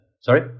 sorry